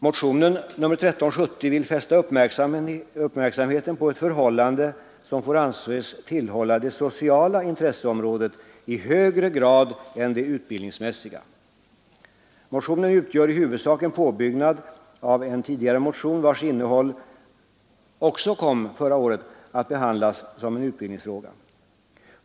Motionen nr 1370 ”vill fästa uppmärksamheten på ett förhållande som får anses tillhöra det sociala intresseområdet i högre grad än det utbildningsmässiga”. Motionen utgör i huvudsak en påbyggnad av en tidigare motion, vars innehåll också förra året kom att behandlas som en utbildningsfråga.